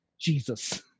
Jesus